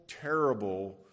terrible